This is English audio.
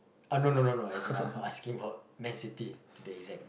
oh no no no no as in I'm asking for man-city to be exact